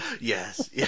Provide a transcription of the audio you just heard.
Yes